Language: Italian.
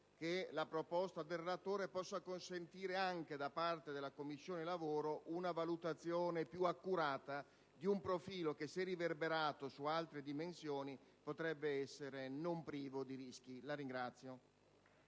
che la proposta del relatore possa consentire alla Commissione lavoro una valutazione più accurata di un profilo che, se riverberato su altre dimensioni, potrebbe essere non privo di rischi. *(Applausi